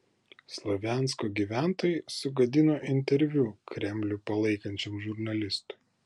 slovjansko gyventojai sugadino interviu kremlių palaikančiam žurnalistui